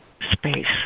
space